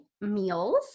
meals